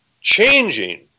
changing